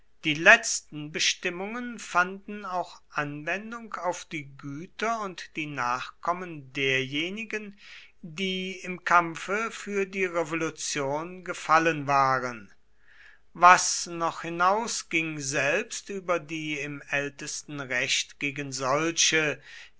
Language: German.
die letzten bestimmungen fanden auch anwendung auf die güter und die nachkommen derjenigen die im kampfe für die revolution gefallen waren was noch hinausging selbst über die im ältesten recht gegen solche